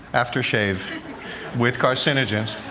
aftershave with carcinogens.